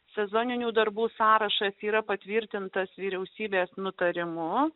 sezoninių darbų sąrašas yra patvirtintas vyriausybės nutarimu